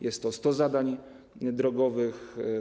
Jest to 100 zadań drogowych.